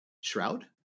Shroud